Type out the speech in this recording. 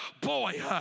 boy